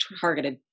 targeted